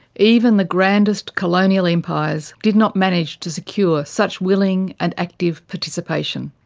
even the grandest colonial empires did not manage to secure such willing and active participation.